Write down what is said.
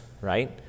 right